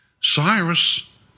Cyrus